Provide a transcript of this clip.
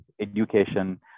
education